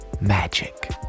magic